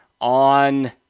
on